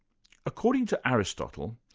according to aristotle,